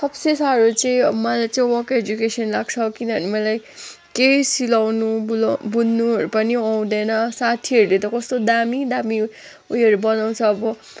सबसे साह्रो चाहिँ अब मलाई चाहिँ वर्क एजुकेसन लाग्छ किनभने मलाई केही सिलाउनु बुलाउनु बुनु बुन्नुहरू पनि आउँदैन साथीहरूले त कस्तो दामी दामी उयोहरू बनाउँछ अब